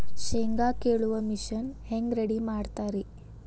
ಶೇಂಗಾ ಕೇಳುವ ಮಿಷನ್ ಹೆಂಗ್ ರೆಡಿ ಮಾಡತಾರ ರಿ?